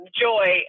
joy